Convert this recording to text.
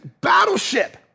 battleship